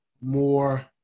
more